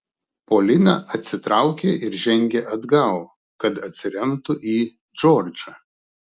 polina atsitraukė ir žengė atgal kad atsiremtų į džordžą